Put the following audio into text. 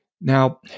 Now